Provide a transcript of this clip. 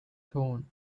torn